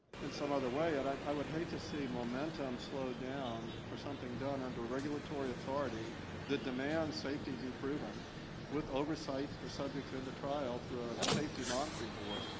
in some other way and i would hate to see momentum slowed down for something done under regulatory authority that demands safety be proven with oversight for subjects in the trial through a safety monitoring board.